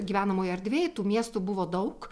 gyvenamoj erdvėj tų miestų buvo daug